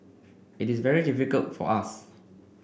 it is very difficult for us